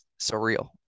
surreal